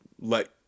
let